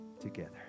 together